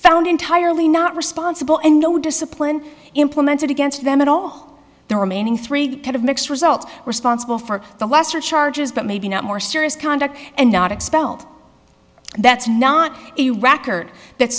found entirely not responsible and no discipline implemented against them at all the remaining three kind of mixed results responsible for the lesser charges but maybe not more serious conduct and not expelled that's not a record that